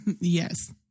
Yes